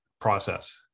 process